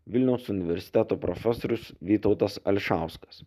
vilniaus universiteto profesorius vytautas ališauskas